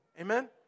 Amen